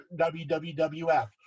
WWF